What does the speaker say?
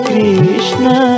Krishna